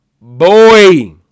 boy